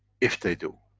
if they do?